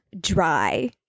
dry